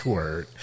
Word